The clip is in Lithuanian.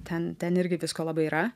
ten ten irgi visko labai yra